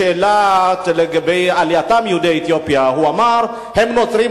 בשאלה לגבי עליית יהודי אתיופיה הוא אמר: הם נוצרים,